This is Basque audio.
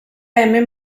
hemen